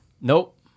Nope